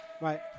Right